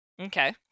Okay